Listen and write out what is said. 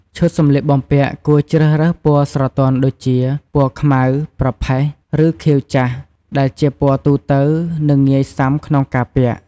ឈុតសម្លៀកបំពាក់គួរជ្រើសរើសពណ៌ស្រទន់ដូចជា ពណ៌ខ្មៅ ប្រផេះ ឬខៀវចាស់ ដែលជាពណ៌ទូទៅ និងងាយសាំក្នុងការពាក់។